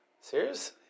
Serious